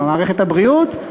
מערכת הבריאות,